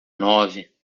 nove